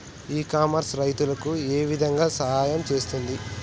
ఇ commerce రైతులకు ఏ విధంగా సహాయం చేస్తుంది?